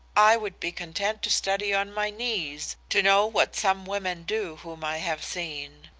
i would be content to study on my knees to know what some women do, whom i have seen